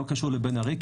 לא קשור לבן ארי,